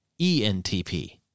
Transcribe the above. ENTP